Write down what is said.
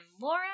Laura